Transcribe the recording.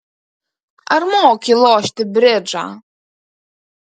ar moki lošti bridžą